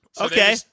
Okay